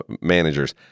managers